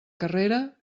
carrera